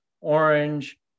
Orange